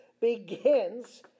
begins